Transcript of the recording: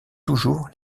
toujours